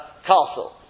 castle